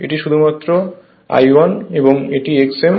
এটি শুধুমাত্র I1 এবং এটি X m